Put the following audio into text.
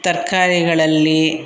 ತರಕಾರಿಗಳಲ್ಲಿ